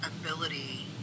ability